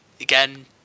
again